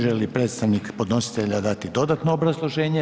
Želi li predstavnik podnositelja dati dodatno obrazloženje?